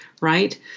right